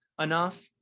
enough